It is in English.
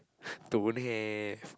don't have